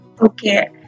Okay